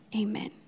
Amen